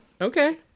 okay